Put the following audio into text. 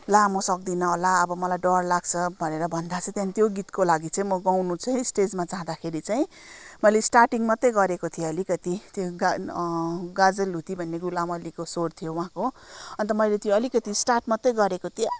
ला म सक्दिनँ होला अब मलाई डर लाग्छ भनेर भन्दा चाहिँ त्यहाँदेखि त्यो गीतको लागि चाहिँ म गाउनु चाहिँ स्टेजमा जाँदाखेरि चाहिँ मैले स्टार्टिङ मात्रै गरेको थिएँ अलिकति त्यो गान गाजलु ती भन्ने गुलाम अलीको स्वर थियो उहाँको अन्त मैले त्यो अलिकति स्टार्ट मात्रै गरेको थिएँ